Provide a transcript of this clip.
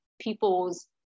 people's